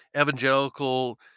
evangelical